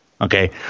Okay